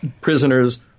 prisoners